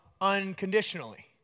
unconditionally